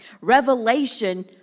Revelation